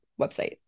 website